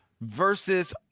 versus